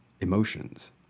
emotions